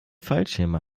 fallschirme